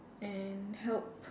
and help